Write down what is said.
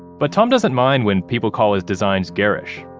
but tom doesn't mind when people call his designs garish,